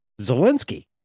Zelensky